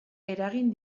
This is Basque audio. eragin